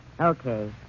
Okay